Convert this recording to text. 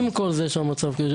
עם כל זה שהמצב קשה,